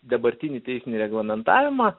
dabartinį teisinį reglamentavimą